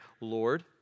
Lord